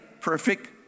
perfect